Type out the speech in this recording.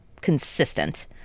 consistent